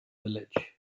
village